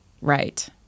Right